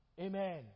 Amen